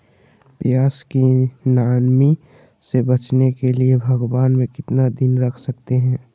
प्यास की नामी से बचने के लिए भगवान में कितना दिन रख सकते हैं?